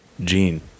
gene